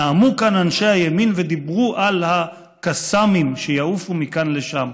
נאמו כאן אנשי הימין ודיברו על הקסאמים שיעופו מכאן לשם.